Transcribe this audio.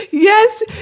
Yes